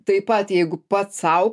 taip pat jeigu pats sau